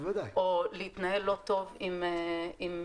או להתנהל לא טוב עם ממשקים.